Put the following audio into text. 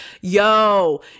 yo